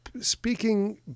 speaking